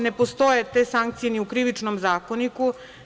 Ne postoje te sankcije ni u Krivičnom zakoniku.